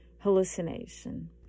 Hallucination